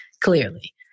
clearly